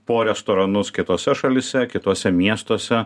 po restoranus kitose šalyse kituose miestuose